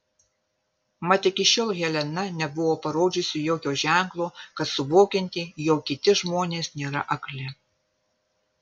mat iki šiol helena nebuvo parodžiusi jokio ženklo kad suvokianti jog kiti žmonės nėra akli